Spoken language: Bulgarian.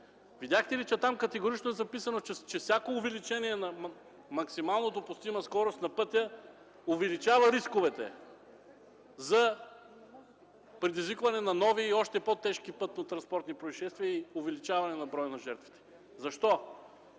Видяхте ли, че там категорично е записано: „... всяко увеличение на максимално допустима скорост на пътя увеличава рисковете за предизвикване на нови и още по-тежки пътнотранспортни произшествия и увеличаване броя на жертвите”? Защо?